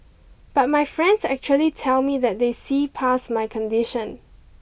but my friends actually tell me that they see past my condition